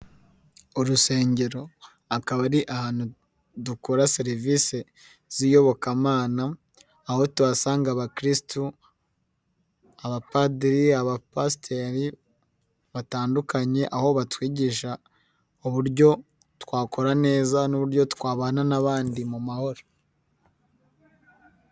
Urusengero akaba ari ahantu dukora serivisi z'iyobokamana, aho tuhasanga abakirisitu, abapadiri, abapasiteri batandukanye, aho batwigisha uburyo twakora neza n'uburyo twabana n'abandi mu mahoro.